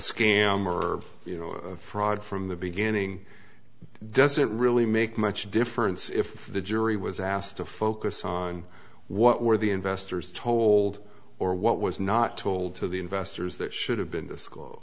scam or you know a fraud from the beginning does it really make much difference if the jury was asked to focus on what were the investors told or what was not told to the investors that should have been disc